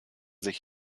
sich